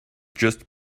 just